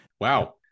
Wow